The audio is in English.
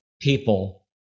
people